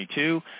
2022